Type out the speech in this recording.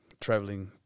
traveling